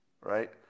right